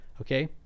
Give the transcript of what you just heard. Okay